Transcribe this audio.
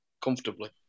comfortably